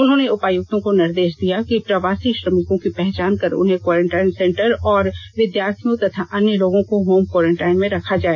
उन्होंने उपायुक्तों को निर्देश दिया कि प्रवासी श्रमिकों की पहचान कर उन्हें क्वारेंटाइन सेंटर और विद्यार्थियों तथा अन्य लोगों को होम कोरेंटाइन में रखा जाए